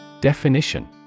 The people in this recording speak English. Definition